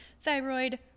thyroid